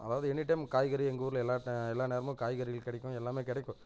அதாவது எனிடைம் காய்கறி எங்கள் ஊரில் எல்லா எல்லா நேரமும் காய்கறிகள் கிடைக்கும் எல்லாமே கிடைக்கும்